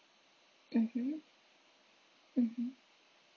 mmhmm mmhmm